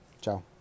Ciao